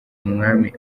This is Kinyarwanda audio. umwami